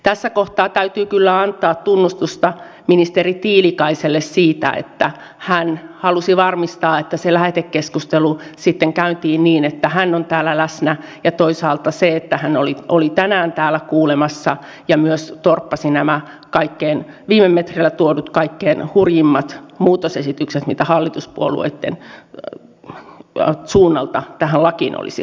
tässä kohtaa täytyy kyllä antaa tunnustusta ministeri tiilikaiselle siitä että hän halusi varmistaa että se lähetekeskustelu sitten käytiin niin että hän oli täällä läsnä ja toisaalta siitä että hän oli tänään täällä kuulemassa ja myös torppasi nämä viime metreillä tuodut kaikkein hurjimmat muutosesitykset mitä hallituspuolueitten suunnalta tähän lakiin olisi haluttu